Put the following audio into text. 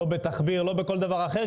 לא בתחביר או כל דבר אחר,